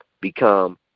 become –